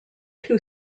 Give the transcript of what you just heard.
two